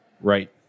Right